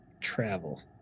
travel